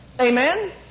Amen